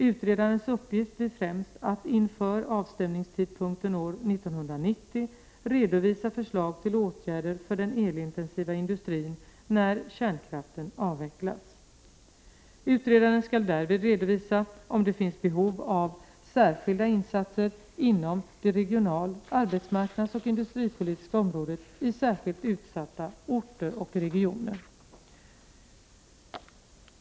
Utredarens uppgift blir främst att inför avstämningstidpunkten år 1990 redovisa förslag till åtgärder för den elintensiva industrin när kärnkraften avvecklas. Utredaren skall därvid redovisa om det finns behov av särskilda insatser inom det regional-, arbetsmarknadsoch industripolitiska området i särskilt utsatta orter och regioner.